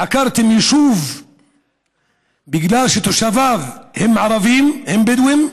עקרתם יישוב בגלל שתושביו הם ערבים, הם בדואים,